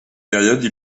période